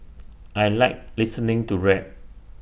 I Like listening to rap